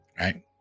Right